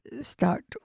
start